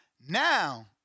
Now